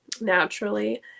naturally